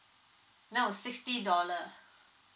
no sixty dollar